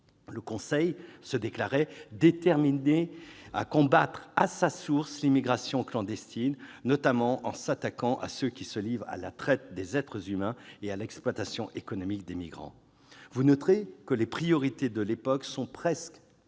Le Conseil se déclarait « déterminé à combattre à sa source l'immigration clandestine, notamment en s'attaquant à ceux qui se livrent à la traite des êtres humains et à l'exploitation économique des migrants ». Vous noterez que les priorités de l'époque sont presque